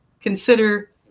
consider